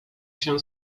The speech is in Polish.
się